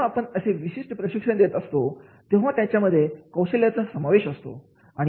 जेव्हा आपण असे विशिष्ट प्रशिक्षण देत असतो तेव्हा त्यामध्ये कौशल्यांचा समावेश होत असतो